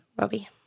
Robbie